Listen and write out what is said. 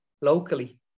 locally